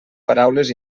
paraules